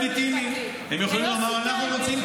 אג'נדה, הייעוץ המשפטי, אגב, זה לגיטימי.